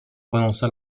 prononça